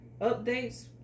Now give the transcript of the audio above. updates